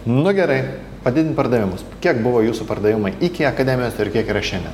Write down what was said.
nu gerai padidint pardavimus kiek buvo jūsų pardavimai iki akademijos ir kiek yra šiandien